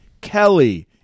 Kelly